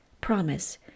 promise